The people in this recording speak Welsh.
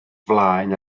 flaen